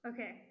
Okay